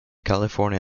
california